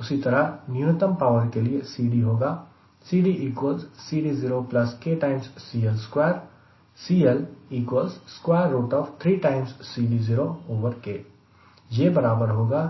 उसी तरह न्यूनतम पावर के लिए CD होगा यह बराबर होगा